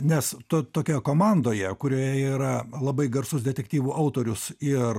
nes to tokioje komandoje kurioje yra labai garsus detektyvų autorius ir